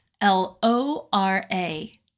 L-O-R-A